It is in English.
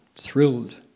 thrilled